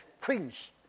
prince